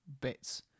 bits